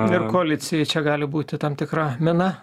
ir koalicijai čia gali būti tam tikra mina